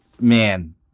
man